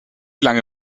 lange